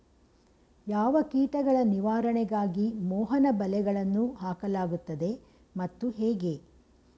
ಯಾವ ಕೀಟಗಳ ನಿವಾರಣೆಗಾಗಿ ಮೋಹನ ಬಲೆಗಳನ್ನು ಹಾಕಲಾಗುತ್ತದೆ ಮತ್ತು ಹೇಗೆ?